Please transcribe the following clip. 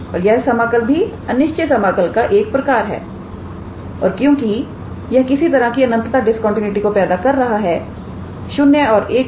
और यह समाकल भी अनिश्चित समाकल का एक प्रकार है और क्यों की यह किसी तरह की अनंतता डिस्कंटीन्यूटी को पैदा कर रहा है 0 और 1 पर